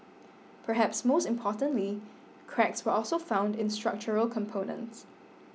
perhaps most importantly cracks were also found in structural components